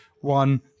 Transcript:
one